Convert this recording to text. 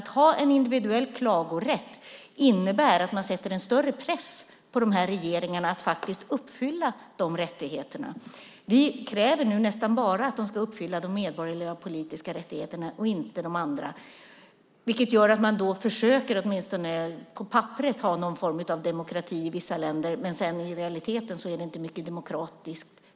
Att ha en individuell klagorätt innebär att man sätter större press på dessa regeringar att uppfylla de rättigheterna. Vi kräver nu nästan bara att de ska uppfylla de medborgerliga och politiska rättigheterna, inte de andra. Det gör att man åtminstone på papperet försöker ha någon form av demokrati i vissa länder, men i realiteten kan vi ändå inte se så mycket demokratiskt.